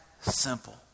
simple